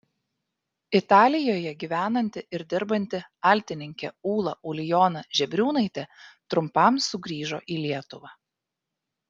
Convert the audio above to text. italijoje gyvenanti ir dirbanti altininkė ūla ulijona žebriūnaitė trumpam sugrįžo į lietuvą